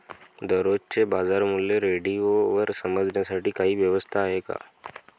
दररोजचे बाजारमूल्य रेडिओवर समजण्यासाठी काही व्यवस्था आहे का?